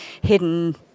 hidden